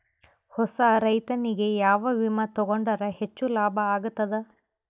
ಹೊಸಾ ರೈತನಿಗೆ ಯಾವ ವಿಮಾ ತೊಗೊಂಡರ ಹೆಚ್ಚು ಲಾಭ ಆಗತದ?